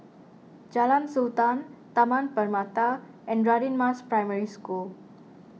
Jalan Sultan Taman Permata and Radin Mas Primary School